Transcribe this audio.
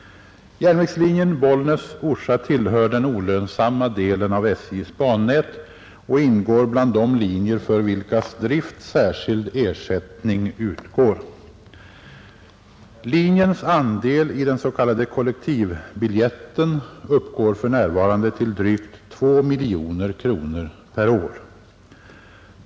Järnvägslinjen Bollnäs—Orsa tillhör den olönsamma delen av SJ:s bannät och ingår bland de linjer för vilkas drift särskild ersättning utgår. Linjens andel i den s.k. kollektivbiljetten uppgår för närvarande till drygt 2 miljoner kronor per år.